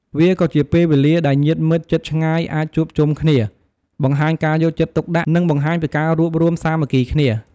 វាក៏ជាពេលវេលាដែលញាតិមិត្តជិតឆ្ងាយអាចជួបជុំគ្នា បង្ហាញការយកចិត្តទុកដាក់ និងបង្ហាញពីការរួបរួមសាមគ្គីគ្នា។